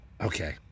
Okay